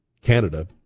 Canada